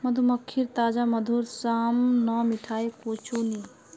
मधुमक्खीर ताजा मधुर साम न मिठाई कुछू नी